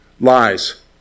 Lies